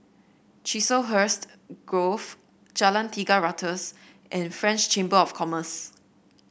Chiselhurst Grove Jalan Tiga Ratus and French Chamber of Commerce